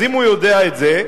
אז אם הוא יודע את זה,